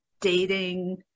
dating